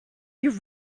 you